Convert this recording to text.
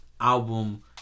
album